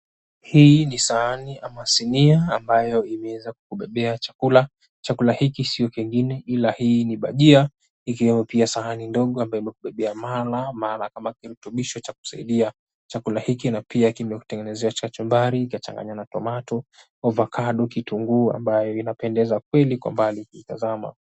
Hii ni sahani ama sinia ambayo imeeza kukubebea chakula, chakula hiki sio kingine ila ni bajia, ikiwemo sahni ndogo ambayo imekubebea mala kwa kirutubisho cha kusaidia chakula hiki na pia kutengenezea kachumbari ikachanganywa na tomato , ovacado , kitunguu ambayo ina pendeza kwa kweli ukiitazama.